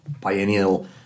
biennial